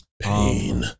Pain